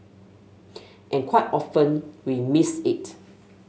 and quite often we missed it